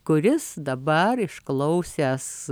kuris dabar išklausęs